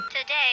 Today